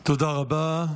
תודה רבה.